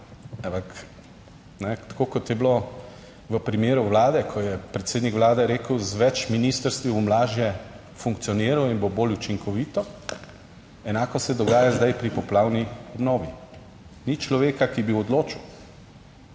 tako kot je bilo v primeru Vlade, ko je predsednik Vlade rekel, z več ministrstev bom lažje funkcioniral in bo bolj učinkovito, enako se dogaja zdaj pri poplavni obnovi. Ni človeka, ki bi odločil.